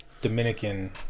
Dominican